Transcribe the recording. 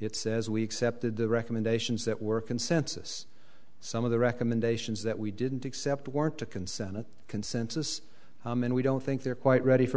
it says we accepted the recommendations that were consensus some of the recommendations that we didn't accept weren't to consent to consensus and we don't think they're quite ready for